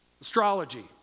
Astrology